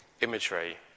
imagery